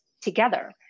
together